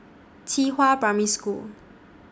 Qihua Primary School